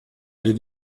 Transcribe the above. allée